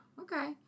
Okay